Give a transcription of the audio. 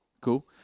Cool